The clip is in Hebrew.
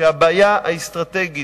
שהבעיה האסטרטגית,